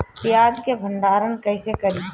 प्याज के भंडारन कईसे करी?